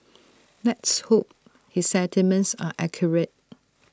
let's hope his sentiments are accurate